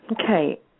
okay